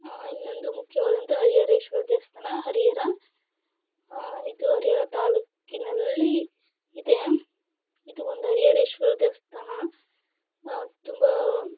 ಇನ್ನೊಂದು ಮುಖ್ಯವಾದಂಥ ಹರಿಹರೇಶ್ವರ ದೇವಸ್ಥಾನ ಹರಿಹರ ಇದು ಹರಿಹರ ತಾಲ್ಲೂಕಿನಲ್ಲಿ ಇದೆ ಇದು ಒಂದು ಹರಿಹರೇಶ್ವರ ದೇವಸ್ಥಾನ ತುಂಬ